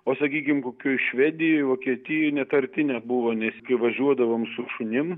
o sakykim kokioj švedijoj vokietijoj net arti nebuvo nes kai važiuodavom su šunim